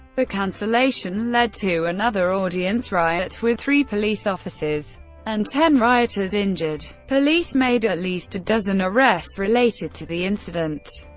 the cancellation led to another audience riot, with three police officers and ten rioters injured. police made at least a dozen arrests related to the incident.